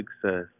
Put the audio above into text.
success